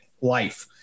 life